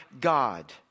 God